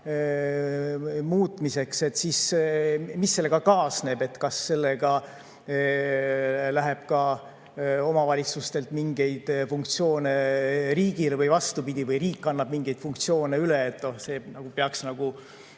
muutmiseks, siis mis sellega kaasneb. Kas sellega läheb ka omavalitsustelt mingeid funktsioone riigile või vastupidi, riik annab mingeid funktsioone üle? See peaks